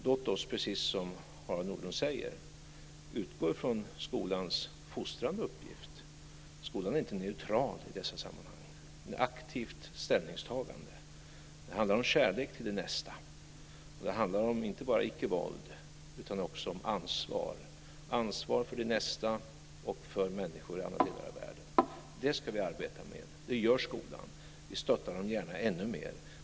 Låt oss, precis som Harald Nordlund säger, utgå från skolans fostrande uppgift. Skolan är inte neutral i dessa sammanhang. Den är aktivt ställningstagande. Det handlar om kärlek till din nästa. Det handlar om inte bara icke-våld utan också ansvar - ansvar för din nästa och för människor i alla delar av världen. Det ska vi arbeta med. Det gör skolan. Vi stöttar den gärna ännu mer.